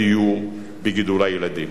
בדיור, בגידול הילדים,